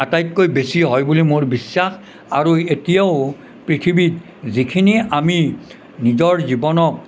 আটাইতকৈ বেছি হয় বুলি মোৰ বিশ্বাস আৰু এতিয়াও পৃথিৱীত যিখিনি আমি নিজৰ জীৱনক